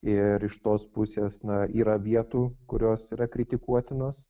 ir iš tos pusės na yra vietų kurios yra kritikuotinos